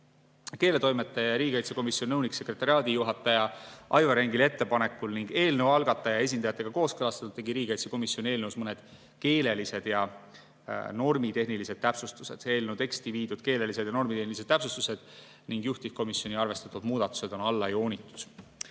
tegi riigikaitsekomisjon eelnõus mõned keelelised ja normitehnilised täpsustused. Eelnõu teksti viidud keelelised ja normitehnilised täpsustused ning juhtivkomisjoni arvestatud muudatused on alla joonitud.